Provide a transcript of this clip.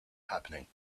happening